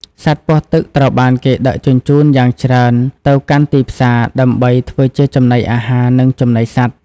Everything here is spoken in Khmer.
សត្វពស់ទឹកត្រូវបានគេដឹកជញ្ជូនយ៉ាងច្រើនទៅកាន់ទីផ្សារ ដើម្បីធ្វើជាចំណីអាហារ និងចំណីសត្វ។